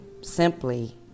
simply